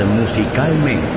musicalmente